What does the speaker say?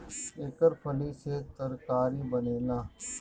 एकर फली से तरकारी बनेला